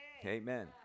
Amen